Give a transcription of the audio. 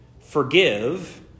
Forgive